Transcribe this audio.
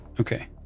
Okay